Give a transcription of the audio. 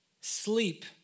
sleep